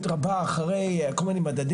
בדבריי כי אני יודע שאתם ממהרים,